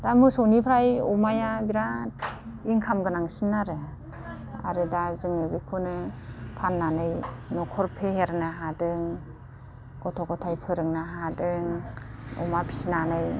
दा मोसौनिफ्राय अमाया बिराद इनकाम गोनांसिन आरो आरो दा जोङो बेखौनो फाननानै न'खर फेहेरनो हादों गथ' गथाइ फोरोंनो हादों अमा फिसिनानै